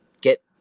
get